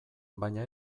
baina